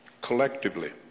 collectively